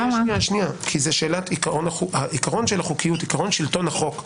עיקרון שלטון החוק,